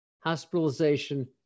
hospitalization